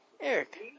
Eric